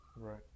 Right